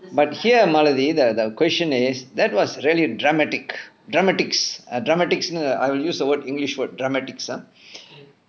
but here malathi the the question is that was really dramatic dramatics err dramatics I will use the word english word dramatics ah